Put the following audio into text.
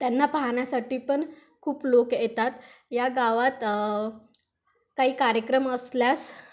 त्यांना पाहण्यासाठी पण खूप लोक येतात या गावात काही कार्यक्रम असल्यास